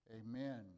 Amen